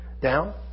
Down